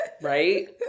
Right